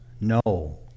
No